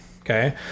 Okay